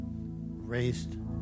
raised